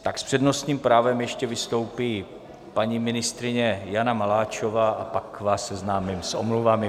S přednostním právem ještě vystoupí paní ministryně Jana Maláčová, pak vás seznámím s omluvami.